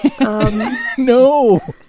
No